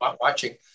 watching